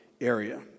area